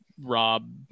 Rob